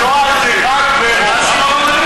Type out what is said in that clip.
השואה זה רק באירופה.